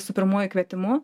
su pirmuoju kvietimu